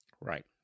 Right